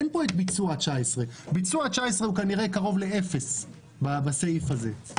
אין פה ביצוע 2019. ביצוע 2019 הוא כנראה קרוב לאפס בסעיף הזה,